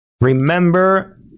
Remember